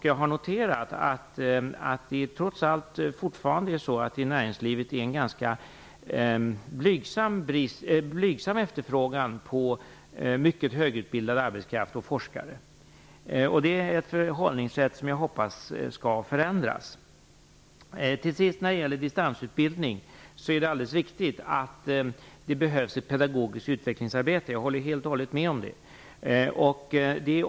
Jag har noterat att det trots allt fortfarande finns en ganska blygsam efterfrågan på mycket högutbildad arbetskraft och forskare. Detta är ett förhållningssätt som jag hoppas skall förändras. När det slutligen gäller distansutbildning är det helt riktigt att det behövs ett pedagogiskt utvecklingsarbete. Jag håller helt med om det.